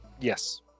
Yes